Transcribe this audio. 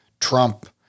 Trump